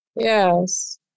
yes